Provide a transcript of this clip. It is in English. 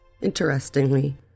Interestingly